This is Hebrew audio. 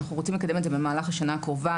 אנחנו רוצים לקדם את זה במהלך השנה הקרובה,